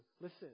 Listen